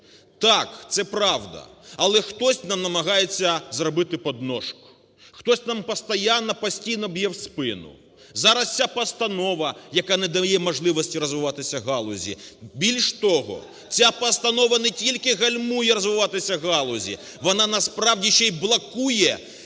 Так, це правда, але хтось нам намагається зробити подножку, хтось нам постійно б'є в спину. Зараз ця постанова, яка не дає можливості розвиватися галузі. Більше того, ця постанова не тільки гальмує розвиватися галузі, вона, насправді, ще й блокує